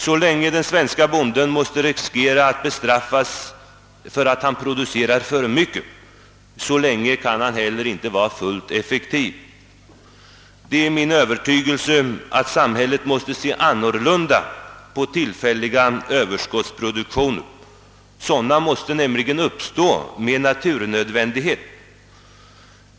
Så länge den svenske bonden måste riskera att bestraffas för överskottsproduktion, så länge kan han heller inte vara fullt effektiv. Det är min övertygelse att samhället måste se annorlunda på tillfälliga överskottsproduktioner. Sådana måste nämligen med naturnödvändighet uppstå.